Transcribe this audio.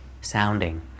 sounding